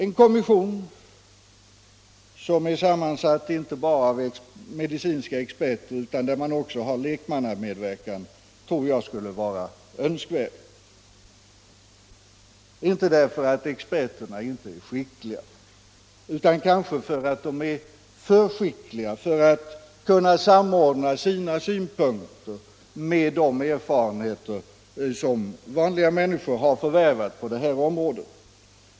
En kommission som är sammansatt inte bara av medicinska experter, utan där man också har lekmannamedverkan, tror jag skulle vara önskvärd, inte därför att experterna inte är skickliga, utan kanske snarare därför att de är för skickliga för att kunna samordna sina synpunkter med de erfarenheter som vanliga människor förvärvat på det här området.